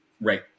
Right